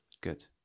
Good